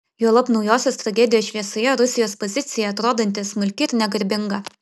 juolab naujosios tragedijos šviesoje rusijos pozicija atrodanti smulki ir negarbinga